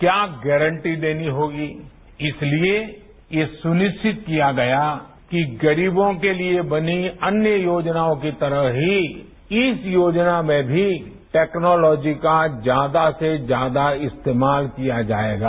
क्या गारंटी देनी होगी इसलिए ये सुनिश्चित किया गया कि गरीबों के लिए बनी अन्य योजनाओं की तरह ही इस योजना में भी टैक्नॉलोजी का ज्यादा से ज्यादा इस्तेमाल किया जाएगा